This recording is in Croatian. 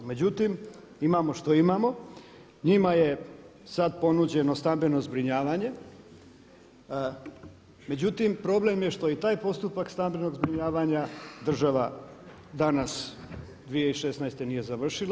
Međutim, imamo što imamo, njima je sada ponuđeno stambeno zbrinjavanje, međutim problem je što i taj postupak stambenog zbrinjavanja država danas 2016. nije završila.